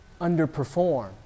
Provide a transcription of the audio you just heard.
underperform